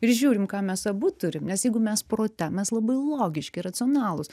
ir žiūrim ką mes abu turim nes jeigu mes prote mes labai logiški racionalūs